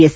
S